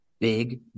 big